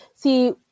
See